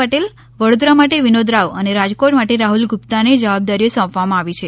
પટેલ વડોદરા માટે વિનોદ રાવ અને રાજકોટ માટે રાહ્રલ ગુપ્તાને જવાબદારીઓ સોંપવામાં આવી છે